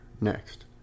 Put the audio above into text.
Next